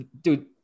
dude